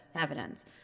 evidence